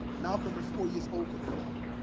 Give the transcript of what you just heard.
malcolm was four years older than martin.